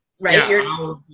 Right